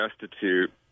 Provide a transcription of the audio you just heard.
destitute